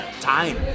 time